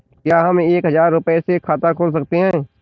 क्या हम एक हजार रुपये से खाता खोल सकते हैं?